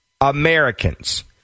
Americans